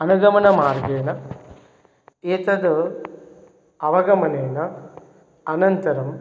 अनगमनमार्गेण एतद् अवगमनेन अनन्तरम्